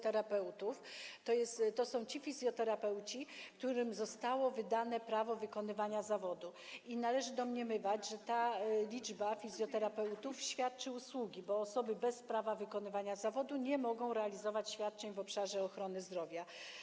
To są ci fizjoterapeuci, którym zostało wydane prawo wykonywania zawodu, i należy domniemywać, że ta ich liczba świadczy usługi, bo osoby bez prawa do wykonywania zawodu nie mogą realizować świadczeń w obszarze ochrony zdrowia.